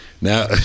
now